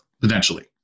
potentially